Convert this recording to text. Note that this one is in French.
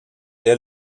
est